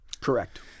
Correct